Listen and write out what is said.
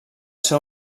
ser